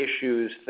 issues